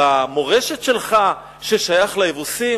במורשת שלך, ששייך ליבוסים?